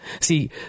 See